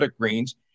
Greens